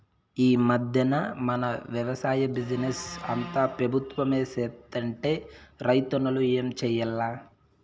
ఈ మధ్దెన మన వెవసాయ బిజినెస్ అంతా పెబుత్వమే సేత్తంటే రైతన్నలు ఏం చేయాల్ల